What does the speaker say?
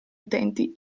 utenti